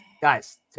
guys